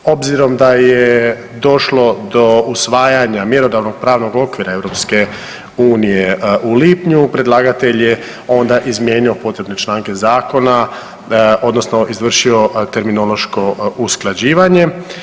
Obzirom da je došlo do usvajanja mjerodavnog pravnog okvira Europske unije u lipnju, predlagatelj je onda izmijenio potrebne članke zakona odnosno izvršio terminološko usklađivanje.